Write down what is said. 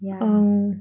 yeah